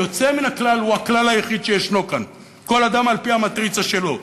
היוצא מן הכלל הוא הכלל היחיד שישנו כאן: כל אדם על-פי המטריצה שלו,